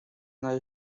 now